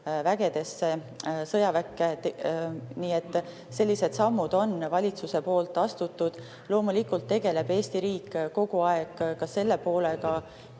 vägedesse sõjaväkke. Nii et selliseid samme on valitsus astunud. Loomulikult tegeleb Eesti riik kogu aeg ka selle poolega,